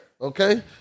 Okay